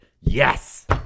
yes